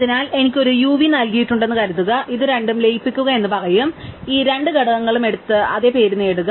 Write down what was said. അതിനാൽ എനിക്ക് ഒരു u v നൽകിയിട്ടുണ്ടെന്ന് കരുതുക ഇത് രണ്ടും ലയിപ്പിക്കുക എന്ന് പറയും അതിനാൽ ഈ രണ്ട് ഘടകങ്ങളും എടുത്ത് അതേ പേര് നേടുക